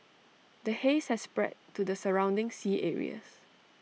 the haze has spread to the surrounding sea areas